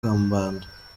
kambanda